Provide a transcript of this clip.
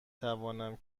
توانم